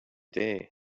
day